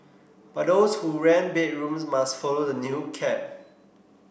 but those who rent bedrooms must follow the new cap